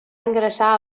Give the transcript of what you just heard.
ingressar